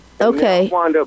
Okay